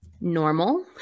normal